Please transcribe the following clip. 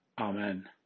Amen